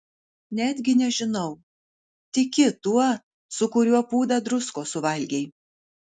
netgi nežinau tiki tuo su kuriuo pūdą druskos suvalgei